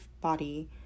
body